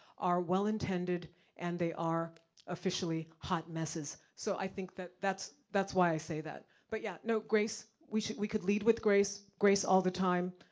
are well intended and they are officially, hot messes. so, i think that that's that's why i say that. but yeah grace, we we could lead with grace, grace all the time,